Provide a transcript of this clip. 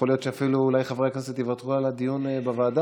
יכול להיות שאפילו אולי חברי הכנסת יוותרו על הדיון בוועדה?